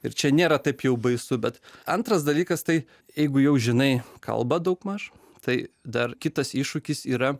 ir čia nėra taip jau baisu bet antras dalykas tai jeigu jau žinai kalba daugmaž tai dar kitas iššūkis yra